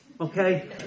okay